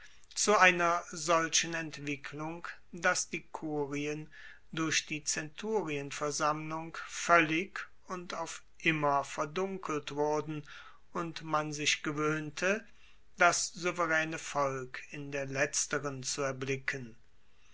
zu einer solchen entwicklung dass die kurien durch die zenturienversammlung voellig und auf immer verdunkelt wurden und man sich gewoehnte das souveraene volk in der letzteren zu erblicken